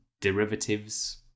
derivatives